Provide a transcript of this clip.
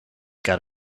got